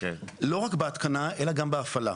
לא רק בהתקנה אלא גם בהפעלה.